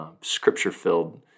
scripture-filled